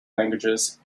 languages